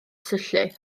syllu